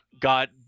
got